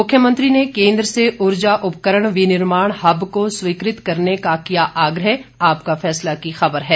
मुख्यमंत्री ने केंद्र से ऊर्जा उपकरण विनिर्माण हब को स्वीकृत करने का किया आग्रह आपका फैसला की ख़बर है